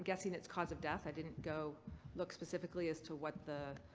guessing its cause of death. i didn't go look specifically as to what the